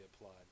applied